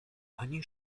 ani